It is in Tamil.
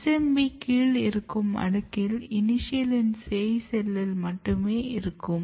SMB கீழ் இருக்கும் அடுக்கில் இனிஷியலின் சேய் செல்லில் மட்டுமே இருக்கும்